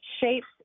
shapes